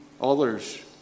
others